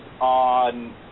on